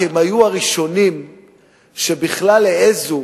כי הם היו הראשונים שבכלל העזו